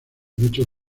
muchos